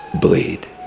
bleed